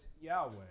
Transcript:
Yahweh